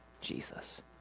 Jesus